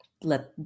Let